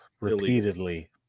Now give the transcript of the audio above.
Repeatedly